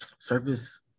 service